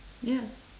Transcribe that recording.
yes